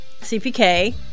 cpk